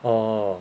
orh